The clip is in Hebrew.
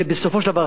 ובסופו של דבר,